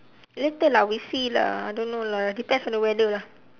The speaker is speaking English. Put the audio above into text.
later lah we see lah I don't know lah depends on the weather lah